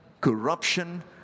corruption